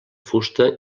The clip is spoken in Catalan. fusta